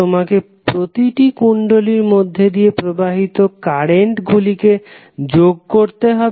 তোমাকে প্রতিটি কুণ্ডলীর মধ্যে দিয়ে প্রবাহিত কারেন্ট গুলিকে যোগ করতে হবে